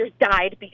died